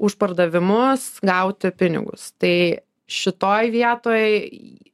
už pardavimus gauti pinigus tai šitoj vietoj